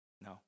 No